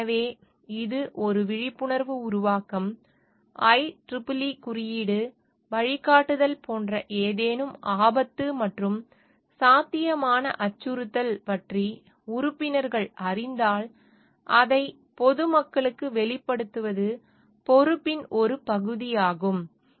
எனவே இது ஒரு விழிப்புணர்வு உருவாக்கம் IEEE குறியீடு வழிகாட்டுதல் போன்ற ஏதேனும் ஆபத்து மற்றும் சாத்தியமான அச்சுறுத்தல் பற்றி உறுப்பினர்கள் அறிந்தால் அதை பொதுமக்களுக்கு வெளிப்படுத்துவது பொறுப்பின் ஒரு பகுதியாகும்